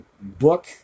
book